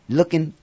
Looking